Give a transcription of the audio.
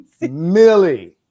millie